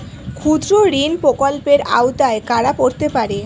ক্ষুদ্রঋণ প্রকল্পের আওতায় কারা পড়তে পারে?